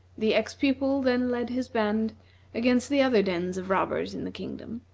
the ex-pupil then led his band against the other dens of robbers in the kingdom,